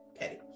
petty